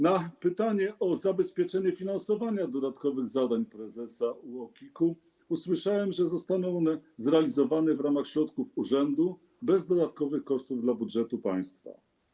Na pytanie o zabezpieczenie finansowania dodatkowych zadań prezesa UOKiK-u usłyszałem, że zostaną one zrealizowane w ramach środków urzędu, bez dodatkowych kosztów dla budżetu państwa.